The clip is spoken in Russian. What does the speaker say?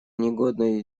негодной